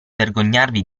vergognarvi